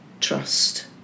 trust